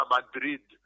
Madrid